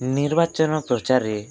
ନିର୍ବାଚନ ପ୍ରଚାରରେ